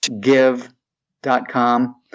give.com